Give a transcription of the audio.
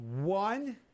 one